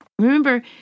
Remember